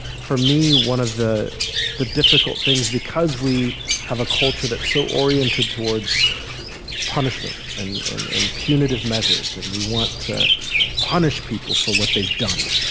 for me, one of the the difficult things, because we have a culture that's so oriented towards punishment and and and punitive measures, and we want to punish people for what they've done.